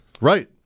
Right